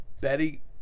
Betty